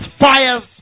fires